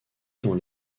dans